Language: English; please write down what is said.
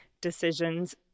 decisions